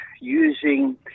using